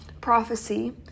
prophecy